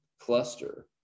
cluster